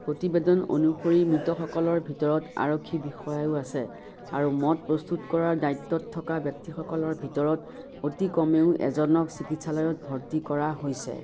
প্ৰতিবেদন অনুসৰি মৃতসকলৰ ভিতৰত আৰক্ষী বিষয়াও আছে আৰু মদ প্ৰস্তুত কৰাৰ দায়িত্বত থকা ব্যক্তিসকলৰ ভিতৰত অতি কমেও এজনক চিকিৎসালয়ত ভৰ্তি কৰা হৈছে